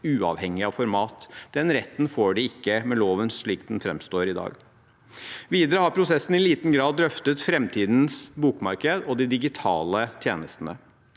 uavhengig av format. Den retten får de ikke med loven slik den framstår i dag. Videre har prosessen i liten grad drøftet framtidens bokmarked og de digitale tjenestene.